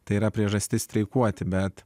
tai yra priežastis streikuoti bet